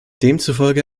demzufolge